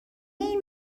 این